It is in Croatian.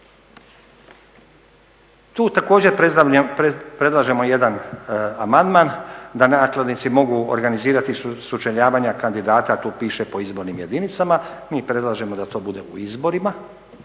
Tu također predlažemo jedan amandman da nakladnici mogu organizirati sučeljavanja kandidata, tu piše po izbornim jedinicama, mi predlažemo da to bude u izborima